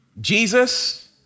Jesus